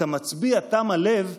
המצביע תם הלב,